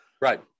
Right